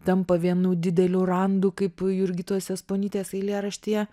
tampa vienu dideliu randu kaip jurgitos jasponytės eilėraštyje